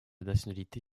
nationalité